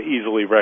easily